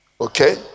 Okay